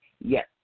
yes